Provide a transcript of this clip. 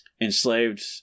enslaved